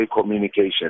communication